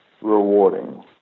rewarding